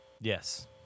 Yes